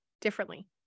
differently